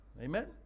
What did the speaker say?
Amen